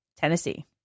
Tennessee